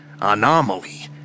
anomaly